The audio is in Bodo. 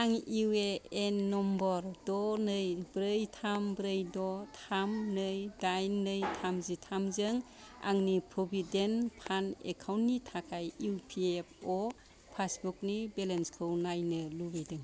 आं इउ ए एन नम्बर द' नै ब्रै थाम ब्रै द' थाम नै दाइन नै थामजिथामजों आंनि प्रविदेन्ट फान्द एकाउन्ट नि थाखाय इउ पि एफ अ पासबुक नि बेलेन्स खौ नायनो लुबैदों